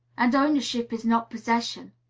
and ownership is not possession